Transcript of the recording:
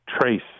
trace